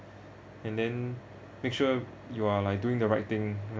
and then make sure you are like doing the right thing